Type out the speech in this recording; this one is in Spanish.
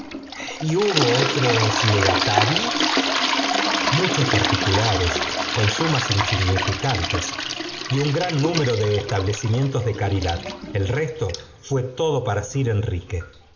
y hubo otros legatarios mucho particulares con sumas insignificanes y jí n n mero d e establecimientos de cari dad el resto fué todo para sir enrique